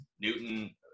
Newton